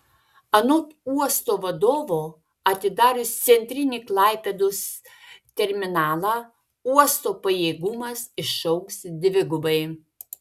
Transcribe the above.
anot uosto vadovo atidarius centrinį klaipėdos terminalą uosto pajėgumas išaugs dvigubai